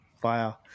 Fire